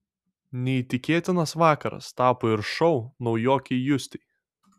neįtikėtinas vakaras tapo ir šou naujokei justei